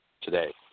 today